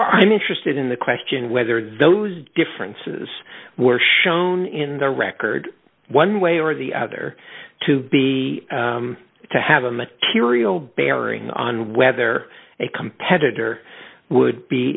i'm interested in the question whether those differences were shown in the record one way or the other to be to have a material bearing on whether a competitor would be